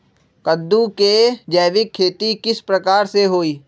कददु के जैविक खेती किस प्रकार से होई?